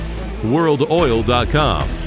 WorldOil.com